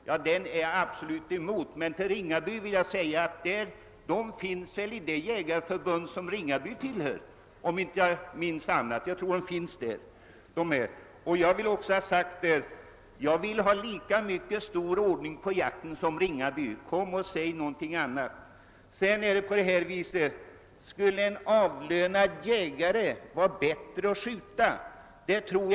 Jag är absolut emot klappjakten, och den bedrivs väl bara av jägare i det förbund som — om jag inte minns fel — herr Ringaby tillhör. Jag vill ha lika god ordning på jakten som herr Ringaby vill. Kom inte och säg någonting annat! Sedan vill jag säga att jag inte tror att en avlönad jägare skulle kunna skjuta bättre.